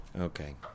Okay